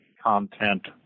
content